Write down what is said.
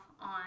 on